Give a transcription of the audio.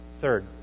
Third